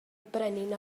brenin